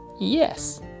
Yes